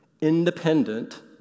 independent